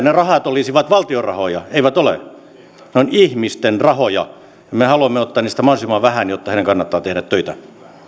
ne rahat olisivat valtion rahoja niin eivät ne ole vaan ne ovat ihmisten rahoja ja me haluamme ottaa niistä mahdollisimman vähän jotta heidän kannattaa tehdä töitä